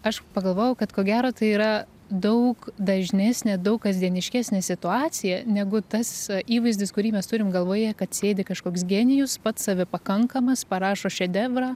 aš pagalvojau kad ko gero tai yra daug dažnesnė daug kasdieniškesnė situaciją negu tas įvaizdis kurį mes turim galvoje kad sėdi kažkoks genijus pats save pakankamas parašo šedevrą